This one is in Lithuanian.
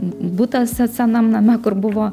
butą se senam name kur buvo